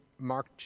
Mark